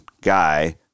guy